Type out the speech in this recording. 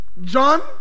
John